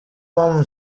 mpamvu